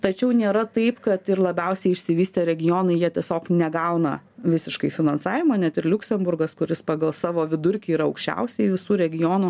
tačiau nėra taip kad ir labiausiai išsivystę regionai jie tiesiog negauna visiškai finansavimo net ir liuksemburgas kuris pagal savo vidurkį yra aukščiausiai visų regionų